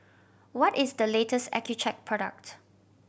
what is the latest Accucheck product